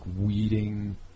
weeding